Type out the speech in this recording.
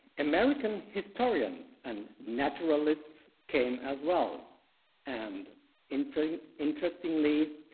american historians and naturalists came as well and interesting. interestingly,